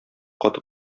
каты